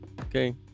Okay